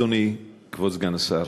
אדוני כבוד סגן השר,